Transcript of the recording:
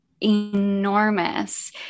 enormous